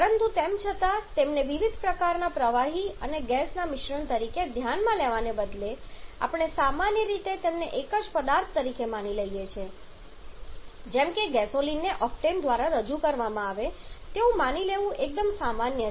પરંતુ તેમ છતાં તેમને વિવિધ પ્રકારના પ્રવાહી અને ગેસના મિશ્રણ તરીકે ધ્યાનમાં લેવાને બદલે આપણે સામાન્ય રીતે તેમને એક જ પદાર્થ તરીકે માની લઈએ છીએ જેમ કે ગેસોલિનને ઓક્ટેન દ્વારા રજૂ કરવામાં આવે તેવું માની લેવું એકદમ સામાન્ય છે